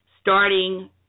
starting